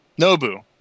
Nobu